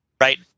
right